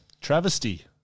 Travesty